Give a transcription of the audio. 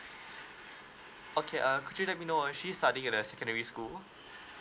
okay err could you let me know if she studying at a secondary school